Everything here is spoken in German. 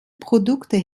produkte